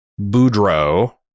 Boudreaux